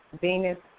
Venus